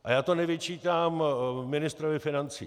A já to nevyčítám ministrovi financí.